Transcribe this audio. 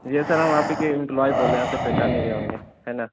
yes sir हम आप ही के इम्पलाॅई बोल रहे आप तो पहचान ही गए होंगे है ना